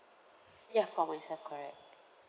ya for myself correct